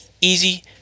easy